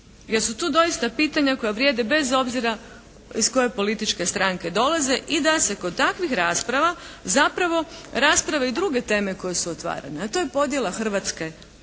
su tu doista pitanja koja vrijede bez obzira iz koje političke stranke dolaze i da se kod takvih rasprava zapravo rasprave i druge teme koje su otvarane a to je podjela Hrvatske na